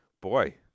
Boy